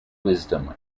wisdom